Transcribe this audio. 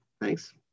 Thanks